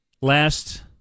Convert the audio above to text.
last